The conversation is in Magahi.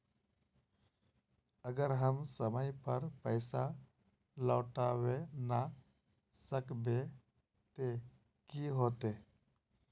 अगर हम समय पर पैसा लौटावे ना सकबे ते की होते?